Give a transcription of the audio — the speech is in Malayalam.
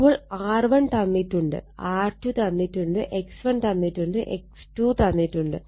അപ്പോൾ R1 തന്നിട്ടുണ്ട് R2 തന്നിട്ടുണ്ട് X1 തന്നിട്ടുണ്ട് X2 തന്നിട്ടുണ്ട്